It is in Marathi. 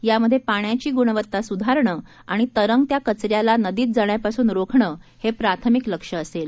यामध्ये पाण्याची गृणवत्ता सुधारणं आणि तरंगत्या कचऱ्याला नदीत जाण्यापासुन रोखणं हे प्राथमिक लक्ष्य असेल